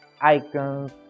icons